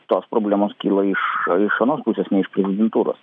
tos problemos kyla iš iš anos pusės ne iš prezidentūros